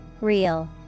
real